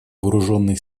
вооруженных